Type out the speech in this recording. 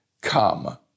come